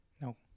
No